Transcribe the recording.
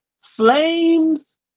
flames